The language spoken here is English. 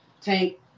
tank